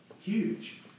Huge